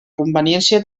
conveniència